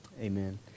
amen